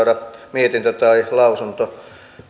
mietintö tai lausunto